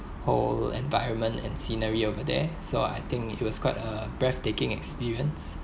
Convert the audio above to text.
whole environment and scenery over there so I think it was quite a breathtaking experience